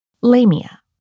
Lamia